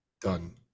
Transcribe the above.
done